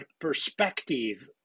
perspective